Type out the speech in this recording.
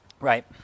Right